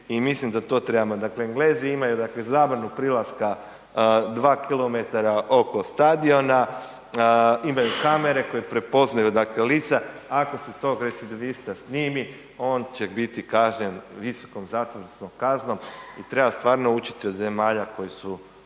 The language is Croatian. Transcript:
i mislim da to trebamo. Dakle Englezi imaju zabranu prilaska 2 km oko stadiona, imaju kamere koje prepoznaju lica, ako se tog recidivista snimi, on će biti kažnjen visokom zakonskom kaznom i treba stvarno učiti od zemalja koje su